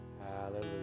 Hallelujah